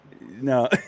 No